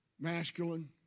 masculine